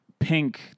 Pink